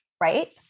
Right